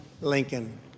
Lincoln